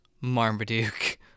marmaduke